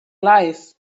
life